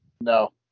No